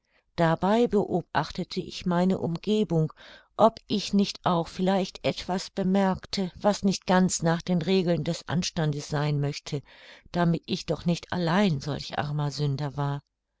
dabei beobachtete ich meine umgebung ob ich nicht auch vielleicht etwas bemerkte was nicht ganz nach den regeln des anstandes sein möchte damit ich doch nicht allein solch armer sünder war